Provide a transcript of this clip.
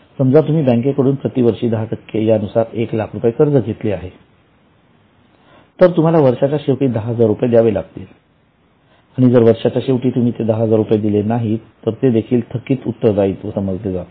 समजा की तुम्ही बँकेकडून प्रतिवर्षी 10 टक्के यानुसार एक लाख रुपये कर्ज घेतलेले आहे तर तुम्हाला वर्षाच्या शेवटी दहा हजार रुपये द्यावे लागतील आणि जर वर्षाच्या शेवटी तुम्ही ते दहा हजार दिले नाहीत तर ते देखील थकित उत्तरदायित्व समजले जाते